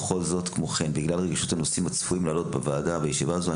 בגלל רגישות הנושאים שצפויים לעלות בוועדה ובישיבה הזו,